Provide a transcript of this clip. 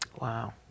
Wow